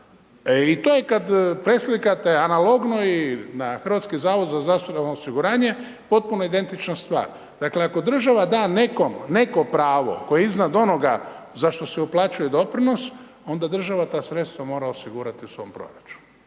i to i kad preslikate analogno i na HZZO potpuno identična stvar. Dakle, ako država da nekome neko pravo koje iznad onoga za što se uplaćuje doprinos, onda država ta sredstva mora osigurati u svom proračunu.